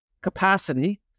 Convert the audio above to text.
capacity